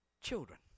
children